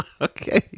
Okay